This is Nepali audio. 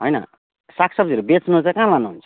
होइन साग सब्जीहरू बेच्नु चाहिँ कहाँ लानुहुन्छ